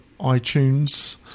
iTunes